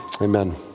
amen